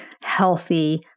healthy